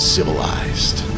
Civilized